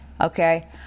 okay